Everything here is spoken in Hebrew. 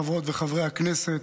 חברות וחברי הכנסת,